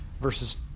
verses